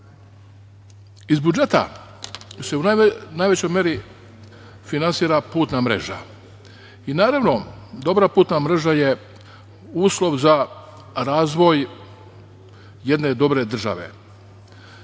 budžeta se u najvećoj meri finansira putna mreža. Naravno, dobra putna mreža je uslov za razvoj jedne dobre države.